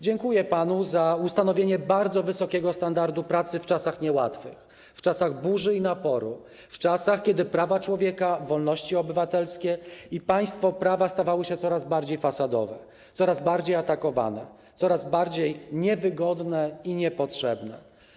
Dziękuję panu za ustanowienie bardzo wysokiego standardu pracy w czasach niełatwych, w czasach burzy i naporu, w czasach, kiedy prawa człowieka, wolności obywatelskie i państwo prawa stawały się coraz bardziej fasadowe, coraz bardziej atakowane, coraz bardziej niewygodne i niepotrzebne.